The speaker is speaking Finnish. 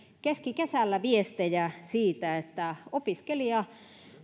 keskikesällä viestejä siitä että opiskelija